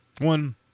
one